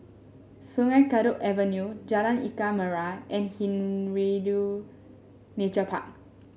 Sungei Kadut Avenue Jalan Ikan Merah and Hindhede Nature Park